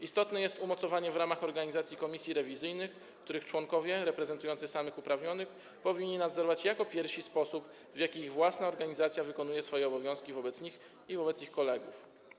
Istotne jest umocowanie w ramach organizacji komisji rewizyjnych, których członkowie reprezentujący samych uprawnionych powinni jako pierwsi nadzorować sposób, w jaki ich własna organizacja wykonuje swoje obowiązki wobec nich i wobec ich kolegów.